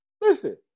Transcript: Listen